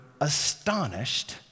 astonished